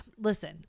Listen